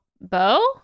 Bo